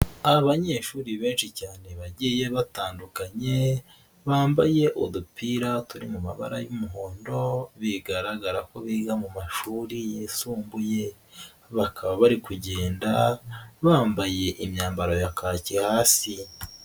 Abanyeshuri benshi cyane bagiye batandukanye, bambaye udupira turi mu mabara y'umuhondo bigaragara ko biga mu mashuri yisumbuye, bakaba bari kugenda bambaye imyambaro ya kake hasi.